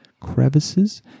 crevices